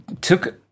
took